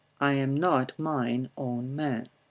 i am not mine own man.